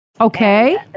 Okay